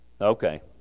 Okay